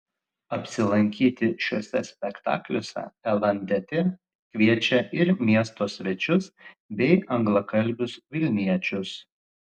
apsilankyti šiuose spektakliuose lndt kviečia ir miesto svečius bei anglakalbius vilniečius